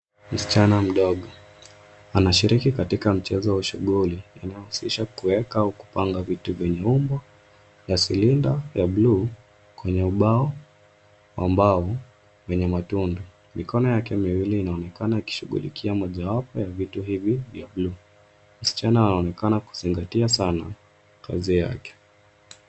Msichana mdogo anashiriki katika mchezo au shughuli inayohushisha kuweka au kupanga vitu vyenye umbo ya silinda ya buluu kwenye ubao wa mbao wenye matundu. Mikono yake miwili inaonekana ikishughulikia mojawapo ya vitu hivi vya buluu. Msichana anaonekana kuzingatia sana kazi yake.